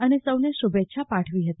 અને સૌને શુભેચ્છા પાઠવી હતી